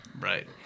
Right